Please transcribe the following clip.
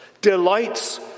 delights